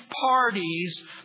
parties